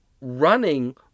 running